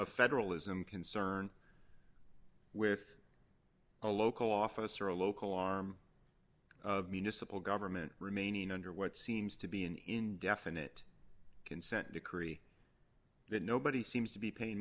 a federalism concern with a local office or a local arm of municipal government remaining under what seems to be an indefinite consent decree that nobody seems to be paying